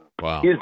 Wow